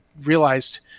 realized